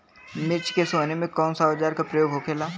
मिर्च के सोहनी में कौन सा औजार के प्रयोग होखेला?